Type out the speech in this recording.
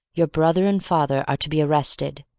your brother and father are to be arrested,